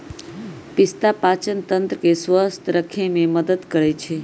पिस्ता पाचनतंत्र के स्वस्थ रखे में मदद करई छई